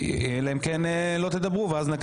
זה גם מקשה עלינו עכשיו לנסח אותן,